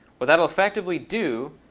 what that'll effectively do,